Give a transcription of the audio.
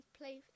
play